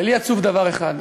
ולי עצוב דבר אחד,